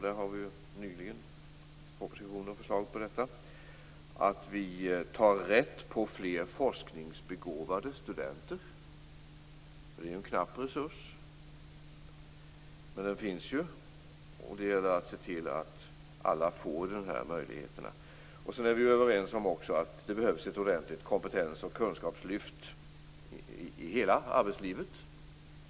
Det har vi ju nyligen fått förslag om i propositionen. Det är viktigt att vi tar rätt på fler forskningsbegåvade studenter. Det är ju en knapp resurs, men den finns. Det gäller att se till att alla får dessa möjligheter. Sedan är vi också överens om att det behövs ett ordentligt kompetens och kunskapslyft i hela arbetslivet.